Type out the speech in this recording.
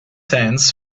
hands